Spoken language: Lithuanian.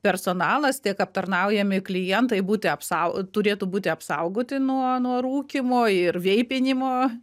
personalas tiek aptarnaujami klientai būti apsau turėtų būti apsaugoti nuo nuo rūkymo ir veipinimo